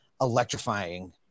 electrifying